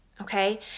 okay